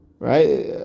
right